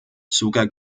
sogar